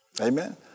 Amen